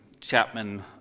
Chapman